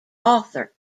author